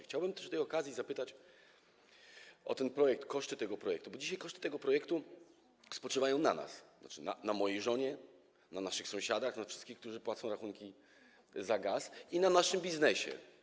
Chciałbym przy tej okazji zapytać o koszty tego projektu, bo dzisiaj koszty tego projekty spoczywają na nas, znaczy na mojej żonie, na naszych sąsiadach, na wszystkich, którzy płacą rachunki za gaz, i na naszym biznesie.